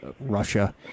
Russia